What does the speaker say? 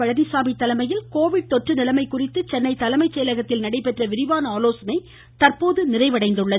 பழனிசாமி தலைமையில் கோவிட் தொற்று நிலைமை குறித்து சென்னை தலைமை செயலகத்தில் நடைபெற்ற விரிவான ஆலோசனை நிறைவடைந்தது